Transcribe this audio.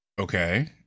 Okay